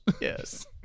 yes